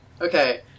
Okay